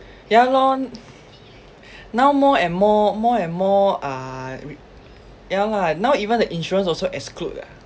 ya lor now more and more more and more uh re~ ya lah now even the insurance also exclude ah